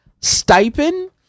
stipend